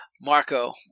Marco